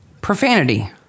Profanity